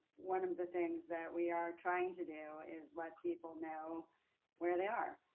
one of the things that we are trying to do is let people know where they are.